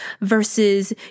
versus